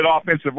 offensive